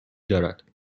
دارد